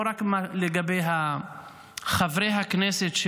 לא רק לגבי חברי הכנסת,